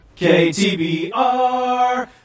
KTBR